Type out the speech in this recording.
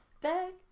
back